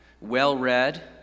well-read